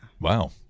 Wow